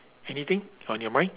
anything on your mind